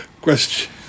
Question